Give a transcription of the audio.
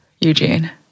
Eugene